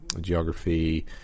geography